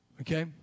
Okay